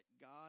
God